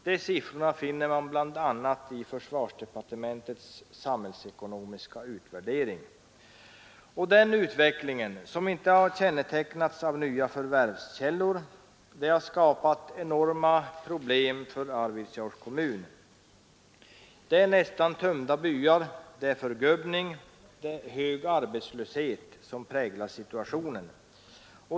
Dessa siffror finner man i Denna utveckling — som inte har kompenserats av nya förvärvskällor — har skapat enorma problem för Arvidsjaurs kommun. Nästan tömda byar, förgubbning och hög arbetslöshet präglar situationen.